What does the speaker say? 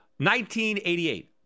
1988